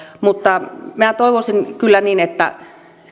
mutta minä toivoisin kyllä niin että